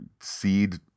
seed